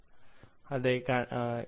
വിദ്യാർത്ഥി കണ്ടെത്തി